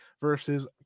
versus